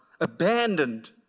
abandoned